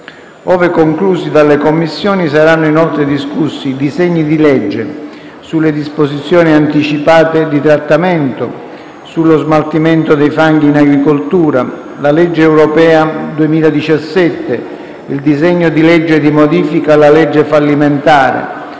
Ove conclusi dalle Commissioni, saranno inoltre discussi i disegni di legge sulle disposizioni anticipate di trattamento, sullo smaltimento dei fanghi in agricoltura, la legge europea 2017, il disegno di legge di modifica alla legge fallimentare,